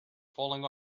falling